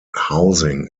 housing